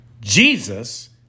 Jesus